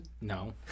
No